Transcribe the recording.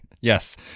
yes